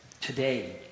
today